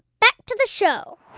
back to the show